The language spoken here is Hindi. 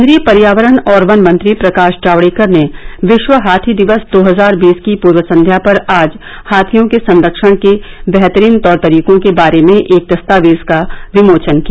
केन्द्रीय पर्यावरण और वन मंत्री प्रकाश जावडेकर ने विश्व हाथी दिवस दो हजार बीस की पूर्व संध्या पर आज हाथियों के संरक्षण के वेहतरीन तौर तरीकों के बारे में एक दस्तावेज का विमोचन किया